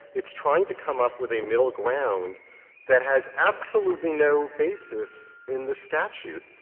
it's trying to come up with a middle ground that has absolutely no basis in the statute.